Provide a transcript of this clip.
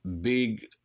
big